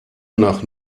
nach